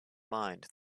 mind